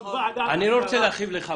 אני לא רוצה להכאיב לך,